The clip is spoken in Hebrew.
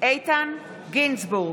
איתן גינזבורג,